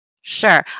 sure